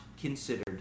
considered